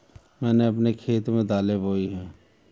मैंने अपने खेत में दालें बोई हैं